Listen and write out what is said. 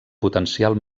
potencial